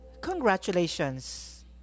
congratulations